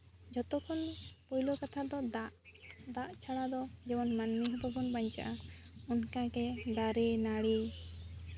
ᱡᱷᱚᱛᱚᱠᱷᱚᱱ ᱯᱳᱭᱞᱳ ᱠᱟᱛᱷᱟ ᱫᱚ ᱫᱟᱜ ᱡᱮᱢᱚᱱ ᱫᱟᱜ ᱪᱷᱟᱲᱟ ᱫᱚ ᱡᱮᱢᱚᱱ ᱢᱟᱹᱱᱢᱤ ᱵᱟᱵᱚᱱ ᱵᱟᱧᱪᱟᱜᱼᱟ ᱚᱱᱠᱟᱜᱮ ᱫᱟᱨᱮᱼᱱᱟᱹᱲᱤ